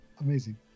amazing